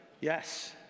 Yes